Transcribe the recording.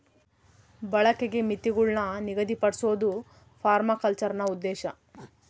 ಬಳಕೆಗೆ ಮಿತಿಗುಳ್ನ ನಿಗದಿಪಡ್ಸೋದು ಪರ್ಮಾಕಲ್ಚರ್ನ ಉದ್ದೇಶ